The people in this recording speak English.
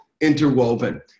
interwoven